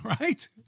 right